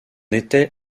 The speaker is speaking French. était